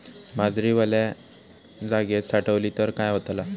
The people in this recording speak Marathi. बाजरी वल्या जागेत साठवली तर काय होताला?